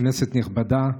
כנסת נכבדה,